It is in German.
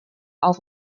auf